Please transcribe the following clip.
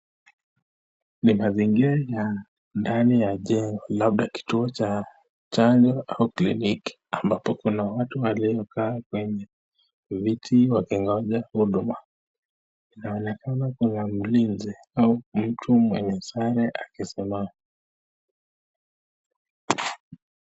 Ni mazingira labda kituo au chanjo, cha kliniki ambayo kuna watu wamekaa kwenye viti wakingoja huduma, inaonekana kuna mlinzi au mtu mwenye sare akisimama.